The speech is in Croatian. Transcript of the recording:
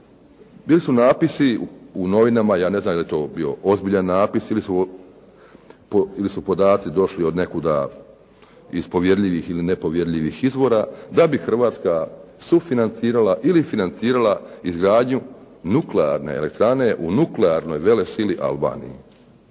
bili su napisi u novinama, ja ne znam da li je to bio ozbiljan napis ili su podaci došli od povjerljivih ili nepovjerljivih izvora, da bi Hrvatska sufinancirala ili financirala izgradnju nuklearne elektrane u nuklearnoj velesili Albaniji?